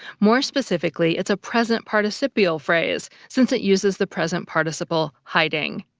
more specifically, it's a present participial phrase, since it uses the present participle hiding.